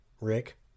Rick